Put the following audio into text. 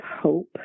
hope